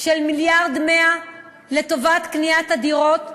של 1.1 מיליארד לטובת קניית הדירות,